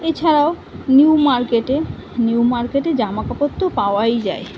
এছাড়াও নিউ মার্কেটে নিউ মার্কেটে জামাকাপড় তো পাওয়াই যায়